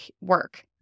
work